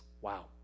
Wow